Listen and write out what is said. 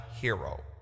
Hero